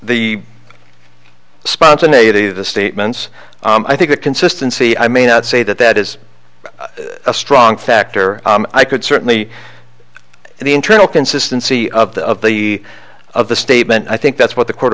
the spontaneity the statements i think a consistency i may not say that that is a strong factor i could certainly the internal consistency of the of the of the statement i think that's what the